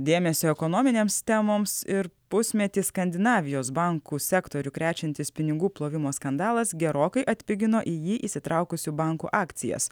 dėmesio ekonominėms temoms ir pusmetį skandinavijos bankų sektorių krečiantis pinigų plovimo skandalas gerokai atpigino į jį įsitraukusių bankų akcijas